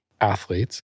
athletes